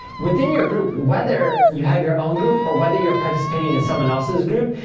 within your group, whether you have your own group or whether you're participating in someone else's group,